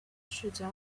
市郊